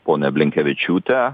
poną blinkevičiūtę